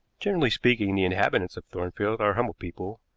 generally speaking, the inhabitants of thornfield are humble people,